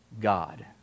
God